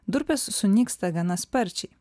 durpės sunyksta gana sparčiai